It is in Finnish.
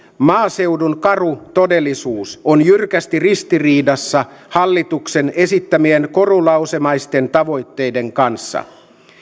maaseudun karu todellisuus on jyrkästi ristiriidassa hallituksen esittämien korulausemaisten tavoitteiden kanssa